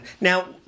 Now